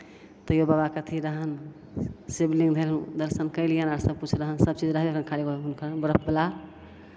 तैओ बाबाके अथि रहनि शिवलिंग भेल दर्शन केलियनि आर सभकिछु रहनि सभचीज रहै खाली ओ हुनकर बरफवला